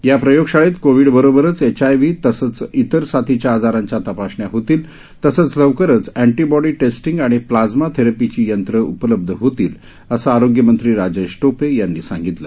या प्रयोगशाळेत कोविड बरोबरच एचआयव्ही तसंच इतर साथीच्या आजारांच्या तपासण्या होतील तसंच लवकरच ऍन्टीबॉडी टेस्टिंग आणि प्लाज्मा थैरेपीची यंत्र उपलब्ध होतील असं आरोग्यमंत्री राजेश टोपे यांनी सांगितलं